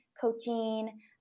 coaching